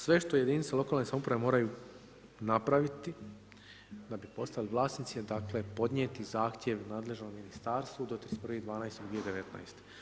Sve što jedinice lokalne samouprave moraju napraviti da bi postali vlasnici dakle, podnijeti zahtjev nadležnom ministarstvu do 31.12.2019.